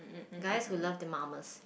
guys who love their mamas